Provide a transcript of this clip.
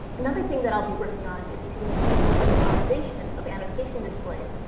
another thing that i'll be working on is to improve the personalization of annotation display,